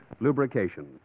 lubrication